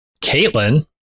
Caitlin